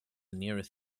nearest